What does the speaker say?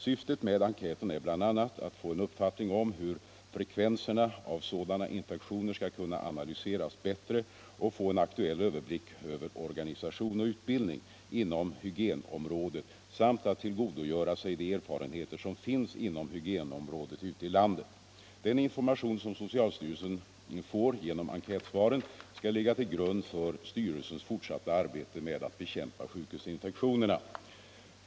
Syftet med enkäten är bl.a. att få en uppfattning om hur frekvenserna av sådana infektioner skall kunna analyseras bättre och få en aktuell överblick över organisation och utbildning inom hygienområdet samt att tillgodogöra sig de erfarenheter som finns inom hygienområdet ute i landet. Den information som socialstyrelsen får genom enkätsvaren skall ligga till grund för styrelsens fortsatta arbete med att bekämpa sjukhusinfektionerna.